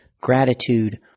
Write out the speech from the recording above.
gratitude